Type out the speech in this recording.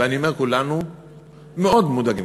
ואני אומר שכולנו מאוד מודאגים,